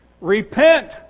Repent